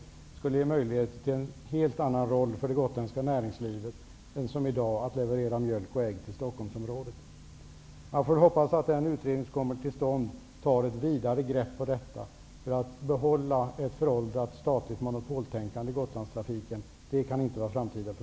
Det skulle ge möjligheter till en helt annan roll för det gotländska näringslivet än den som det har i dag: att leverera mjölk och ägg till Stockholmsområdet. Man får väl hoppas att den utredning som kommer till stånd tar ett vidare grepp på detta. Att behålla ett föråldrat statligt monopoltänkande i Gotlandstrafiken kan inte vara framtiden för